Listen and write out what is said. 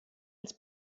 als